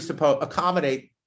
accommodate